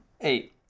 eight